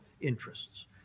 interests